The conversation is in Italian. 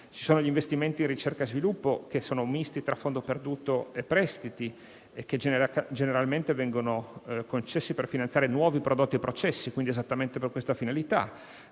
Ci sono poi gli investimenti in ricerca e sviluppo che sono misti tra fondo perduto e prestiti e che generalmente vengono concessi per finanziare nuovi prodotti e processi, quindi esattamente per questa finalità.